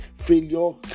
failure